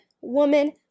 woman